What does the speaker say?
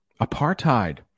Apartheid